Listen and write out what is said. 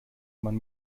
man